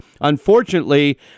Unfortunately